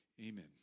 Amen